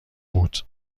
بود